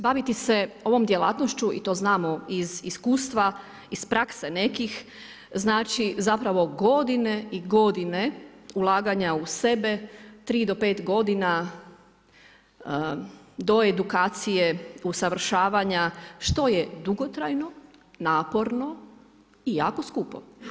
Baviti se ovom djelatnošću i to znamo iz iskustva, iz prakse nekih, znači zapravo godine i godine ulaganja u sebe, 3 do 5 godina do edukacije, usavršavanja, što je dugotrajno, naporno i jako skupo.